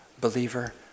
Believer